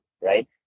right